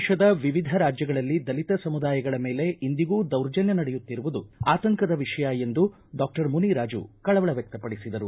ದೇಶದ ವಿವಿಧ ರಾಜ್ಜಗಳಲ್ಲಿ ದಲಿತ ಸಮುದಾಯಗಳ ಮೇಲೆ ಇಂದಿಗೂ ದೌರ್ಜನ್ಯ ನಡೆಯುತ್ತಿರುವುದು ಆತಂಕದ ವಿಷಯ ಎಂದು ಡಾಕ್ಟರ್ ಮುನಿರಾಜು ಕಳವಳ ವ್ಯಕ್ತ ಪಡಿಸಿದರು